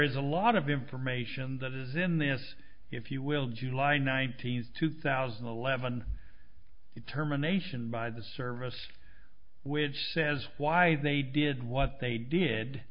is a lot of information that is in this if you will july nineteenth two thousand and eleven determination by the service which says why they did what they did